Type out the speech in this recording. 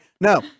No